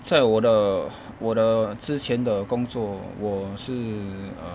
在我的我的之前的工作我是 err